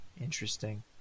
Interesting